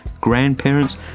grandparents